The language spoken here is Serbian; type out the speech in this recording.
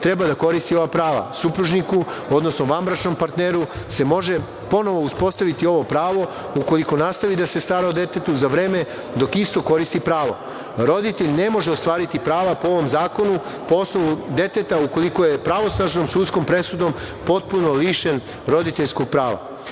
trebao da koristi ova prava. Supružniku, odnosno vanbračnom partneru se može ponovo uspostaviti ovo pravo ukoliko nastavi da se stara o detetu za vreme dok isto koristi pravo. Roditelj ne može ostvariti prava po ovom zakonu, po osnovu deteta ukoliko je pravosnažnom sudskom presudom potpuno lišen roditeljskog